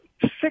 six